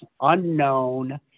unknown